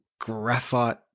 graphite